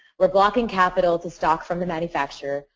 we're blocking capital to stock from the manufacturer,